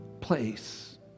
place